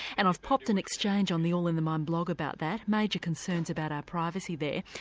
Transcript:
and i've popped an exchange on the all in the mind blog about that, major concerns about our privacy there.